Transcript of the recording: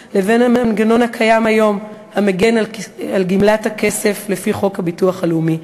למנגנון הקיים היום המגן על גמלת הכסף לפי חוק הביטוח הלאומי.